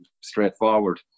straightforward